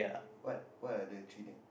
what what are the three name